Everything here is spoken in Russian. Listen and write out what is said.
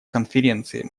конференции